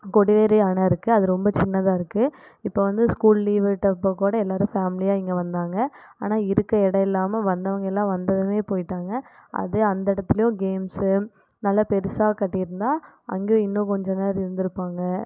கொடிவேரி அணை இருக்குது அது ரொம்ப சின்னதாக இருக்குது இப்போ வந்து ஸ்கூல் லீவ் விட்டப்போ கூட எல்லாேரும் ஃபேமிலியாக இங்கே வந்தாங்க ஆனால் இருக்க இடம் இல்லாமல் வந்தவர்கயெல்லாம் வந்ததுமே போய்விட்டாங்க அதே அந்த இடத்துலே கேம்ஸ்ஸு நல்லா பெருசாக கட்டியிருந்தா அங்கே இன்னும் கொஞ்சம் நேரம் இருந்திருப்பாங்க